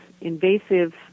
invasive